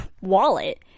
wallet